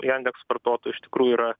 jandeks vartotojų iš tikrųjų yra